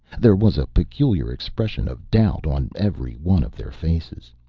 there was a peculiar expression of doubt on every one of their faces.